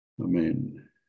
Amen